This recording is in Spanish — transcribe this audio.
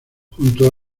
junto